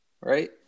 right